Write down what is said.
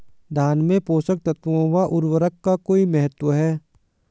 धान में पोषक तत्वों व उर्वरक का कोई महत्व है?